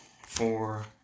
four